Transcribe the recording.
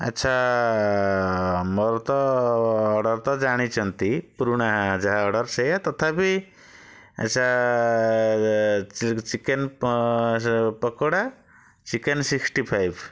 ଆଛା ମୋର ତ ଅର୍ଡ଼ର୍ ତ ଜାଣିଛନ୍ତି ପୁରୁଣା ଯାହା ଅର୍ଡ଼ର୍ ସେଇଆ ତଥାପି ଆଛା chicken pakora chicken sixty five